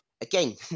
again